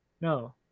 No